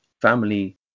family